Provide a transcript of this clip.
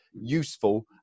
useful